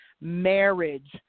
marriage